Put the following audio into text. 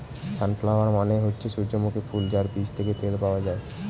sunflower মানে হচ্ছে সূর্যমুখী ফুল যার বীজ থেকে তেল পাওয়া যায়